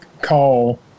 call